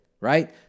right